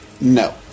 No